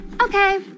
Okay